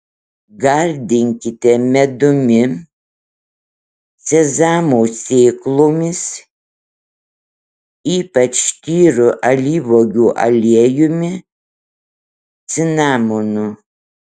gardinkite medumi sezamo sėklomis ypač tyru alyvuogių aliejumi cinamonu